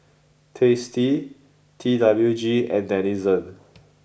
tasty T W G and Denizen